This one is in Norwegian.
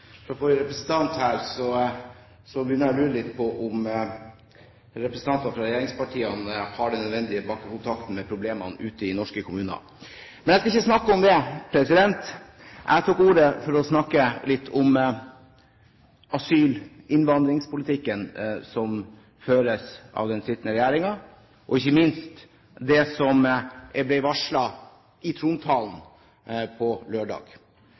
fra forrige representant her, begynner jeg å lure litt på om representantene fra regjeringspartiene har den nødvendige bakkekontakten med problemene ute i norske kommuner. Men jeg skal ikke snakke om det. Jeg tok ordet for å snakke litt om asyl- og innvandringspolitikken som føres av den sittende regjering, og ikke minst om det som ble varslet i trontalen på lørdag.